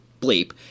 bleep